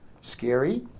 scary